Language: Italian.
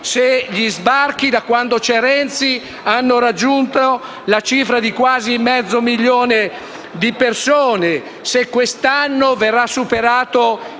se gli sbarchi, da quando c'è Renzi, hanno raggiunto la cifra di quasi mezzo milione di persone; se quest'anno verrà superato